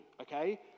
okay